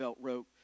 wrote